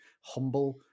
Humble